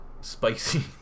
spicy